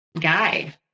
guy